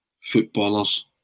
footballers